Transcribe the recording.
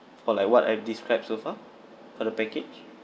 for like what I've described so far for the package